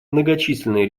многочисленные